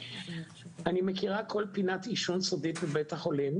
אני מכירה כל פינת עישון סודית בבית החולים,